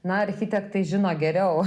na architektai žino geriau